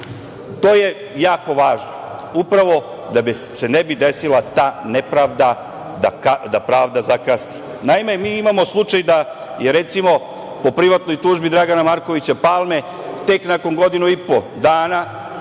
To je jako važno, upravo da se ne bi desila ta nepravda da pravda zakasni. Naime, mi imamo slučaj da je, recimo, po privatnoj tužbi Dragana Markovića Palme tek nakon godinu i po dana